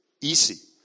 easy